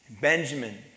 Benjamin